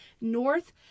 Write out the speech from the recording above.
north